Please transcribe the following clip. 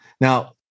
Now